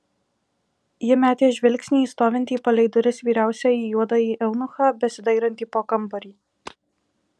ji metė žvilgsnį į stovintį palei duris vyriausiąjį juodąjį eunuchą besidairantį po kambarį